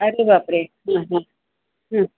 अरे बापरे हां हां हां